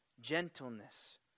gentleness